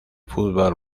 fútbol